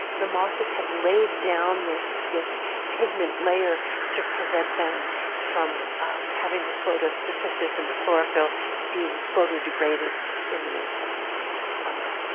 the mosses have laid down this this pigment layer to prevent them from having the photosynthesis and the chlorophyll being photodegraded in the intense sunlight.